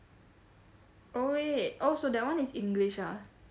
oh wait oh so that [one] is english ah